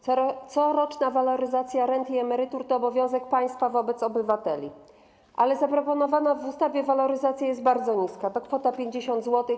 Coroczna waloryzacja rent i emerytur to obowiązek państwa wobec obywateli, ale zaproponowana w ustawie waloryzacja jest bardzo niska, to kwota 50 zł.